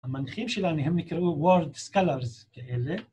המנחים שלהם הם נקראו World Scholars כאלה.